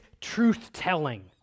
truth-telling